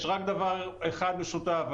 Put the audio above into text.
יש רק דבר אחד משותף,